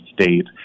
state